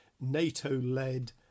NATO-led